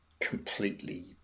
completely